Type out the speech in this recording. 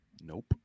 Nope